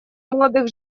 молодых